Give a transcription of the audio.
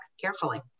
carefully